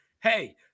hey –